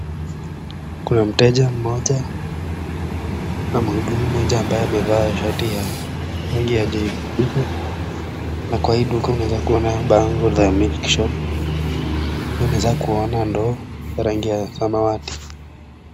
Kuna mteja moja na mhudumu moja ambaye amevaa shati ya rangi ya jeupe na kwa hii duka unaweza kuona bango la milk shop pia unaweza kuona ndoo ya rangi ya samawati.